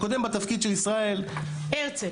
הקודם בתפקיד של ישראל --- הרצל.